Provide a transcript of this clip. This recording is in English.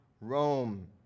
Rome